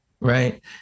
right